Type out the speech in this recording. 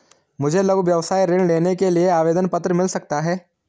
मुझे लघु व्यवसाय ऋण लेने के लिए आवेदन पत्र मिल सकता है?